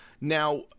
Now